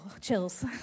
chills